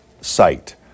site